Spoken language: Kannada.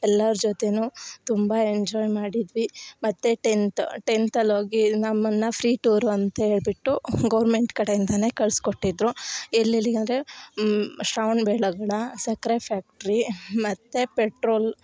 ಎಲ್ಲಾರ ಜೊತೇ ತುಂಬ ಎಂಜಾಯ್ ಮಾಡಿದ್ವಿ ಮತ್ತು ಟೆಂತ್ ಟೆಂತ್ ಅಲ್ಲಿ ಹೋಗಿ ನಮ್ಮನ್ನು ಫ್ರೀ ಟೂರ್ ಅಂತ ಹೇಳಿಬಿಟ್ಟು ಗೋರ್ಮೆಂಟ್ ಕಡೆಯಿಂದಾ ಕಳಿಸ್ಕೊಟ್ಟಿದ್ರು ಎಲ್ಲೆಲ್ಲಿಗೆ ಅಂದರೆ ಶ್ರವಣ ಬೆಳಗೊಳ ಸಕ್ಕರೆ ಫ್ಯಾಕ್ಟ್ರಿ ಮತ್ತು ಪೆಟ್ರೋಲ್